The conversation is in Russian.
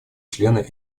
члена